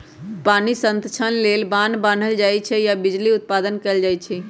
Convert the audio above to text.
पानी संतक्षण लेल बान्ह बान्हल जाइ छइ आऽ बिजली उत्पादन कएल जाइ छइ